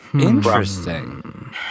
Interesting